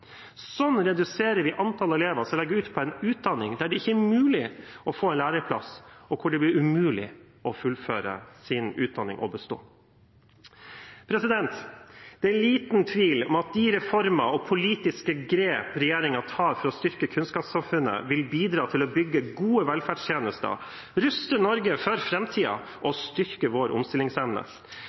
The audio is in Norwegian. Sånn reduserer vi antallet elever som legger ut på en utdanning der det ikke er mulig å få en læreplass, og hvor det blir umulig å fullføre utdanningen og å bestå. Det er liten tvil om at de reformer og politiske grep regjeringen tar for å styrke kunnskapssamfunnet, vil bidra til å bygge gode velferdstjenester, ruste Norge for framtiden og styrke vår omstillingsevne.